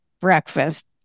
breakfast